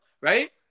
Right